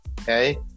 okay